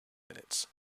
minutes